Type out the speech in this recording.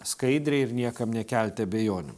skaidriai ir niekam nekelti abejonių